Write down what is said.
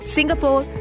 Singapore